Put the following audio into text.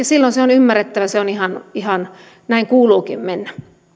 silloin se on ymmärrettävää ihan ihan näin kuuluukin mennä